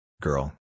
Girl